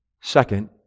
Second